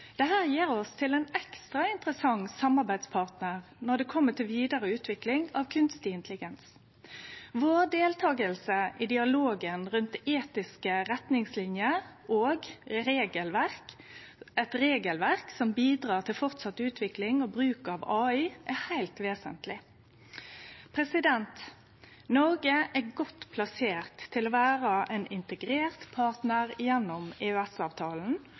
ein ekstra interessant samarbeidspartnar når det kjem til vidare utvikling av kunstig intelligens. Vår deltaking i dialogen rundt etiske retningslinjer og regelverk – eit regelverk som bidreg til vidare utvikling og bruk av AI – er heilt vesentleg. Noreg er godt plassert til å vere ein integrert partnar gjennom